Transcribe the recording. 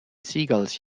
seagulls